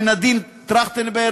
לנדין טרכטנברג,